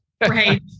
right